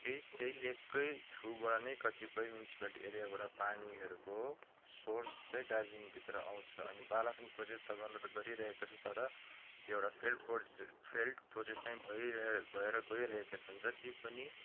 त्यही त्यही लेककै थ्रुबाट नै कतिपय म्युनिसिपालिटी एरियाबाट पानीहरूको सोर्स चाहिँ दार्जिलिङभित्र आउँछ अनि बालासन प्रोजेक्ट त गर्नु त गरिरहेको छ तर त्यो एउटा फेल्ड प्रोजेक्ट फेल्ड प्रोजेक्ट नै भइ भएर गइरहेका छन् जति पनि